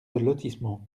lotissement